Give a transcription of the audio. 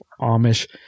Amish